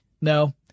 no